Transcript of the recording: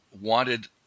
wanted